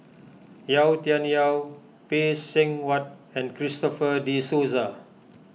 Yau Tian Yau Phay Seng Whatt and Christopher De Souza